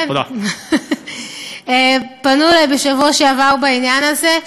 כן, פנו אלי בשבוע שעבר בעניין הזה,